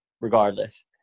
Regardless